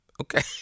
Okay